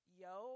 yo